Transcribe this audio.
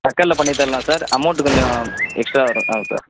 தட்கலில் பண்ணித் தரலாம் sir amount கொஞ்சம் எக்ஸ்ட்ரா வரும் ஆமாம் சார்